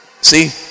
See